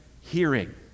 hearing